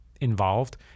Involved